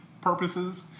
purposes